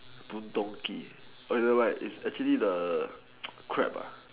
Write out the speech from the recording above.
boon-tong-kee okay never mind it's actually the crab